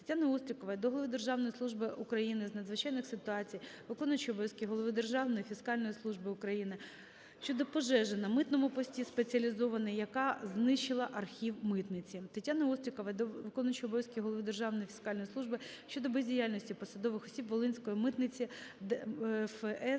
Тетяни Острікової до голови Державної служби України з надзвичайних ситуацій, виконуючого обов'язки голови Державної фіскальної служби України щодо пожежі на митному пості "Спеціалізований", яка знищила архів митниці. Тетяни Острікової до виконуючого обов'язки голови Державної фіскальної служби щодо бездіяльності посадових осіб Волинської митниці ДФС